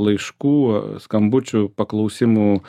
laiškų skambučių paklausimų